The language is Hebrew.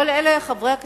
כל אלה חברי הכנסת,